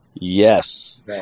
Yes